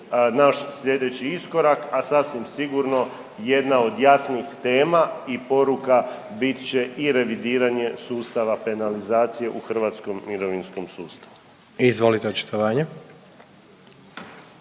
naš slijedeći iskorak, a sasvim sigurno jedna od jasnih tema i poruka bit će i revidiranje sustava penalizacije u hrvatskom mirovinskom sustavu. **Jandroković,